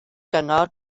gyngor